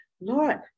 Lord